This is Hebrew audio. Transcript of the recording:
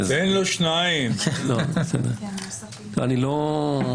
אני לא מתעלם מהטיעונים, גם